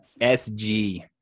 SG